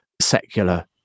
secular